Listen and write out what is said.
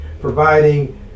providing